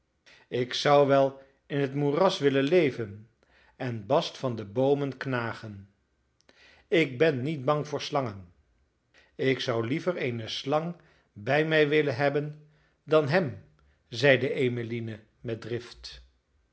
ik zou wel in het moeras willen leven en bast van de boomen knagen ik ben niet bang voor slangen ik zou liever eene slang bij mij willen hebben dan hem zeide emmeline met drift